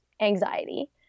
anxiety